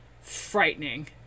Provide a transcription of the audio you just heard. frightening